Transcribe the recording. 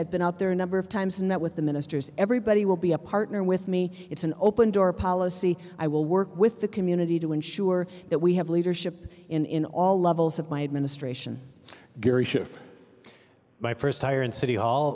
i've been out there a number of times in that with the ministers everybody will be a partner with me it's an open door policy i will work with the community to ensure that we have leadership in all levels of my administration my first hire in city hall